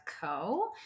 Co